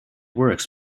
works